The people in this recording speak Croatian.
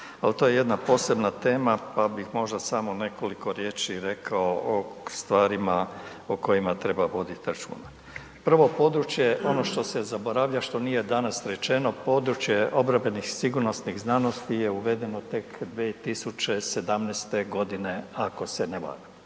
ali to je jedna posebna tema pa bih možda samo nekoliko riječi rekao o stvarima o kojima treba voditi računa. Prvo područje ono što se zaboravlja, što nije danas rečeno, područje obrambenih sigurnosnih znanosti je uvedeno tek 2017. godine ako se ne varam,